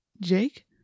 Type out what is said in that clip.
Jake